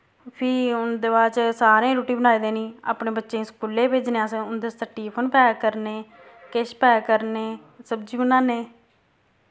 फ्ही उं'दे बाद च सारें रुट्टी बनाई देनी अपने बच्चें स्कूलै भेजने अस उं'दे आस्तै टिफन पैक करने किश पैक करने सब्जी बनान्ने